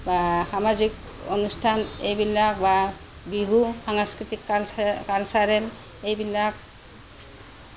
বা সামাজিক অনুষ্ঠান এইবিলাক বা বিহু সাংস্কৃতিক কালছাৰেল এইবিলাক